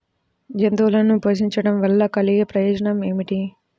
జంతువులను పోషించడం వల్ల కలిగే ప్రయోజనం ఏమిటీ?